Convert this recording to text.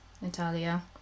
Natalia